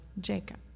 Jacob